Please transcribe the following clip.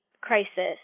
crisis